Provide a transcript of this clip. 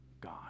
God